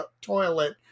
toilet